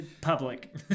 Public